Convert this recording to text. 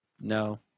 No